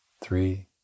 three